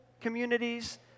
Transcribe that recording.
communities